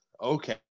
Okay